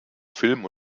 film